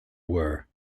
were